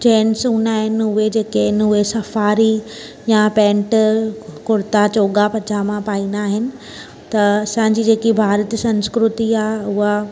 जेके जेन्स हूंदा आहिनि उहे जेके आहिनि उहे सफ़ारी या पेन्ट कुर्ता चोॻा पजामा पाईंदा आहिनि त असांजी जेकी भारत संस्कृती आहे उहा